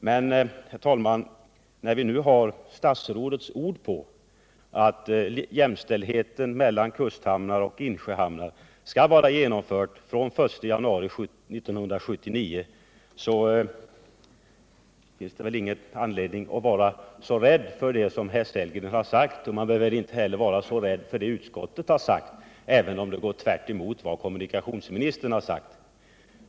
Men när vi har statsrådets ord på att jämställdheten mellan kusthamnarna och insjöhamnarna skall vara genomförd från den 1 januari 1979, så finns det väl ingen anledning att vara så rädd vare sig för vad herr Sellgren sagt eller för vad utskottet sagt, även om det går tvärtemot vad kommunikationsministern sagt.